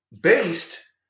based